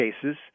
cases